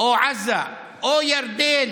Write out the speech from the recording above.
או עזה או ירדן